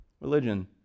religion